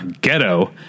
ghetto